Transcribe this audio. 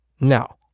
Now